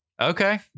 Okay